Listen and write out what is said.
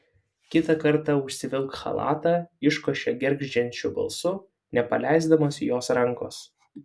kitą kartą užsivilk chalatą iškošė gergždžiančiu balsu nepaleisdamas jos rankos